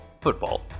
football